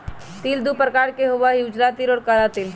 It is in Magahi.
तिल दु प्रकार के होबा हई उजला तिल और काला तिल